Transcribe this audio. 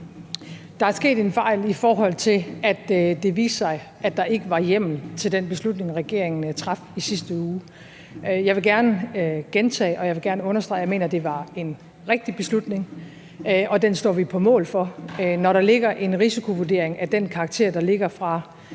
Der er sket en fejl, i forhold til at det viste sig, at der ikke var hjemmel til den beslutning, regeringen traf i sidste uge. Jeg vil gerne gentage, og jeg vil gerne understrege, at jeg mener, det var en rigtig beslutning, og den står vi på mål for. Når der ligger en risikovurdering af den karakter, der ligger fra